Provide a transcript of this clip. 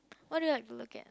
what do you like to look at